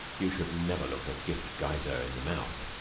you should never look a gift geyser in the mouth.